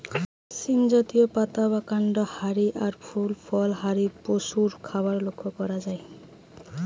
সীম জাতীয়, পাতা বা কান্ড হারি আর ফুল ফল হারি পশুর খাবার লক্ষ করা যায়